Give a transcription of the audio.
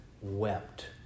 wept